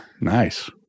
Nice